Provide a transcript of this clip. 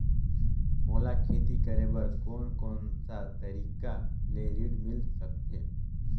मोला खेती करे बर कोन कोन सा तरीका ले ऋण मिल सकथे?